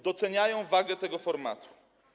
Doceniają wagę tego formatu.